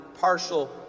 partial